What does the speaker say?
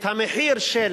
את המחיר של